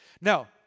Now